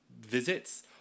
visits